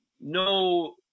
no